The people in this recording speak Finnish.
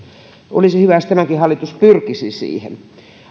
olisi hyvä jos tämäkin hallitus pyrkisi siihen